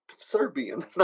Serbian